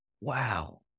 wow